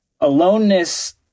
aloneness